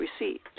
received